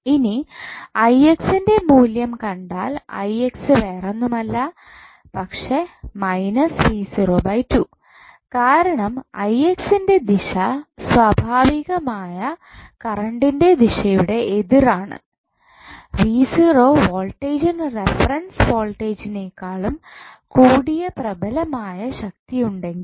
ഇനി ൻ്റെ മൂല്യം കണ്ടാൽ വേറൊന്നുമല്ല പക്ഷെ കാരണം ൻ്റെ ദിശ സ്വാഭാവികമായ കറണ്ടിൻ്റെ ദിശയുടെ എതിർ ആണ് വോൾടേജിനു റഫറൻസ് വോൾടജിനേക്കാളും കൂടിയ പ്രബലമായ ശക്തി ഉണ്ടെങ്കിൽ